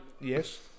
Yes